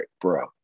bro